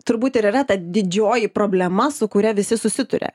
turbūt ir yra ta didžioji problema su kuria visi susiduria